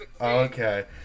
okay